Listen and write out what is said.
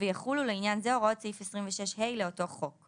ויחולו לעניין זה הוראות סעיף 26ה לאותו חוק".